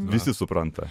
visi supranta